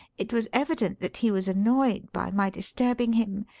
it was evident that he was annoyed by my disturbing him,